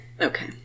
Okay